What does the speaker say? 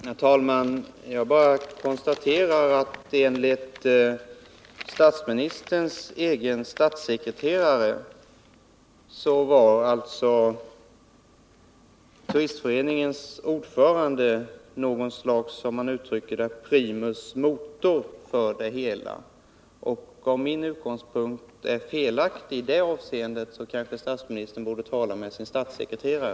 Herr talman! Jag bara konstaterar att enligt statsministerns egen statssekreterare var Turistföreningens ordförande något slags, som han uttryckte det, primus motor för det hela. Om min utgångspunkt är felaktig i det avseendet, så kanske statsministern borde tala med sin statssekreterare.